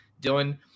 Dylan